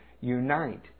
unite